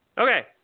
Okay